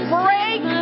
break